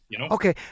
Okay